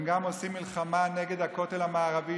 הם גם עושים מלחמה נגד הכותל המערבי,